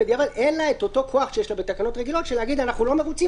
אין לה את אותו כוח שיש לה בתקנות רגילות להגיד: אנחנו לא מרוצים,